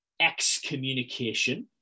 excommunication